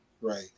right